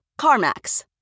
CarMax